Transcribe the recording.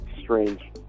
strange